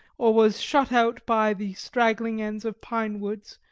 or was shut out by the straggling ends of pine woods,